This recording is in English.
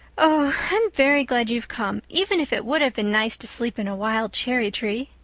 oh, i'm very glad you've come, even if it would have been nice to sleep in a wild cherry-tree.